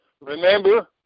Remember